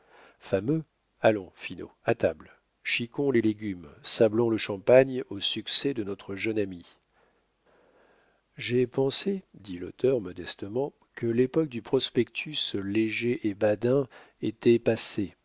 fameux allons finot à table chiquons les légumes sablons le champagne au succès de notre jeune ami j'ai pensé dit l'auteur modestement que l'époque du prospectus léger et badin était passée